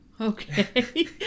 Okay